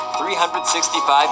365